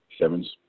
Sevens